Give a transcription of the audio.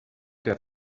der